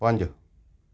ਪੰਜ